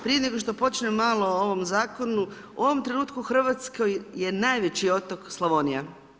Prije nego što počnemo malo o ovom Zakonu, u ovom trenutku u RH je najveći otok Slavonija.